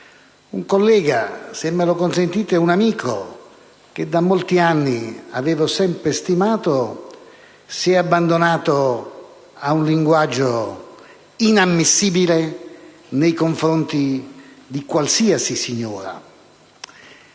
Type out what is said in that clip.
un collega - se me lo consentite, un amico - che da molti anni avevo sempre stimato si è abbandonato ad un linguaggio inammissibile nei confronti di qualsiasi signora.